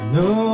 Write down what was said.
no